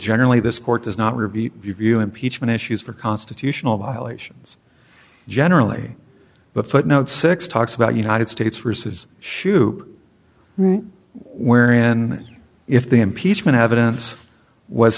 generally this court does not review view impeachment issues for constitutional violations generally but footnote six talks about united states reeses shoop wherein if the impeachment evidence was